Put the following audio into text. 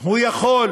הוא יכול